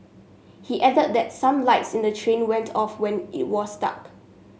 he added that some lights in the train went off when it was stuck